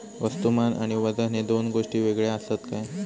वस्तुमान आणि वजन हे दोन गोष्टी वेगळे आसत काय?